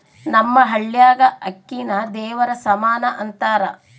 ನಮ್ಮ ಹಳ್ಯಾಗ ಅಕ್ಕಿನ ದೇವರ ಸಮಾನ ಅಂತಾರ